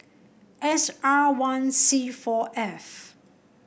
S R one C four F